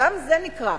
גם זה נקרא.